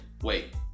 wait